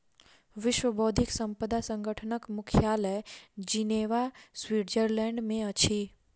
विश्व बौद्धिक संपदा संगठनक मुख्यालय जिनेवा, स्विट्ज़रलैंड में अछि